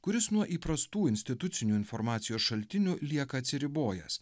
kuris nuo įprastų institucinių informacijos šaltinių lieka atsiribojęs